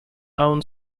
own